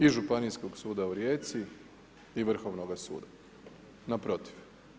I Županijskog suda u Rijeci i Vrhovnoga suda, naprotiv.